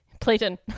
platon